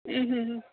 ಹ್ಞ್ ಹ್ಞ್ ಹ್ಞ್